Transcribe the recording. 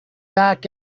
back